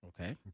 okay